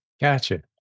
gotcha